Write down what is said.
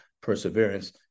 perseverance